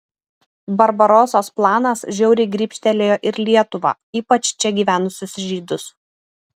barbarosos planas žiauriai grybštelėjo ir lietuvą ypač čia gyvenusius žydus